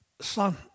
son